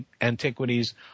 antiquities